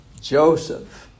Joseph